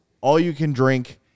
all-you-can-drink